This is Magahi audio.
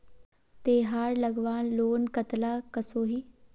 तेहार लगवार लोन कतला कसोही?